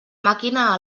màquina